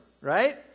right